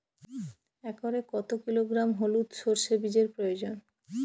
একরে কত কিলোগ্রাম হলুদ সরষে বীজের প্রয়োজন?